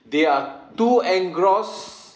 they are too engrossed